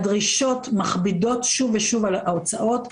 הדרישות מכבידות שוב ושוב על ההוצאות,